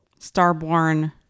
starborn